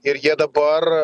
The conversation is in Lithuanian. ir jie dabar